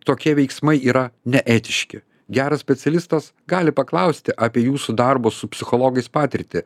tokie veiksmai yra neetiški geras specialistas gali paklausti apie jūsų darbo su psichologais patirtį